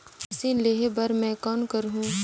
Machine लेहे बर मै कौन करहूं?